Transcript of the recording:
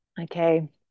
okay